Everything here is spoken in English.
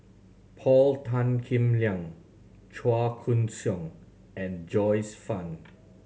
Paul Tan Kim Liang Chua Koon Siong and Joyce Fan